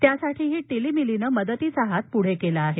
त्यासाठीही टिलिमिलीनं मदतीचा हात पुढे केला आहे